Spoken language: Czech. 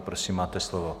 Prosím, máte slovo.